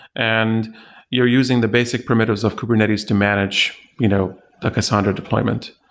and you're using the basic primitives of kubernetes to manage you know the cassandra deployment.